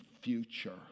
future